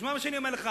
תשמע מה שאני אומר לך,